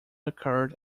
occurred